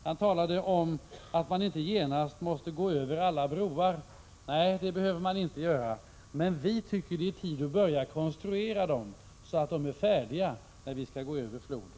Hadar Cars sade att man inte genast måste gå över alla broar. Nej, det behöver man inte göra. Men vi tycker att det är tid att börja konstruera dessa broar, så att de är färdiga när vi skall gå över floden.